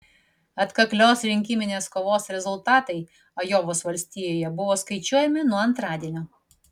atkaklios rinkiminės kovos rezultatai ajovos valstijoje buvo skaičiuojami nuo antradienio